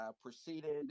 proceeded